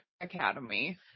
Academy